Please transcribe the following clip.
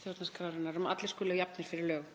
stjórnarskrárinnar, um að allir skuli jafnir fyrir lögum.